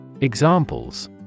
Examples